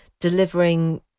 delivering